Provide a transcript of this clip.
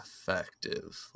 effective